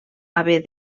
haver